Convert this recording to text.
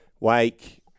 Wake